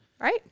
Right